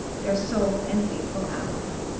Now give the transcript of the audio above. their sole and faithful ally.